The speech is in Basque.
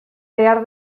behar